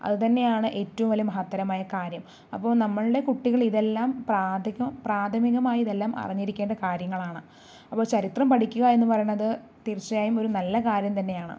അത് തന്നെയാണ് ഏറ്റവും വലിയ മഹത്തരമായ കാര്യം അപ്പൊ നമ്മളുടെ കുട്ടികൾ ഇതെല്ലാം പ്രാഥമി പ്രാഥമികമായി ഇതെല്ലാം അറിഞ്ഞിരിക്കേണ്ട കാര്യങ്ങളാണ് അപ്പൊ ചരിത്രം പഠിക്കുക എന്ന് പറയുണത് തീർച്ചയായും ഒരു നല്ല കാര്യം തന്നെയാണ്